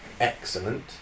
excellent